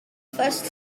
first